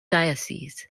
diocese